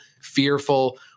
fearful